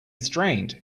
strained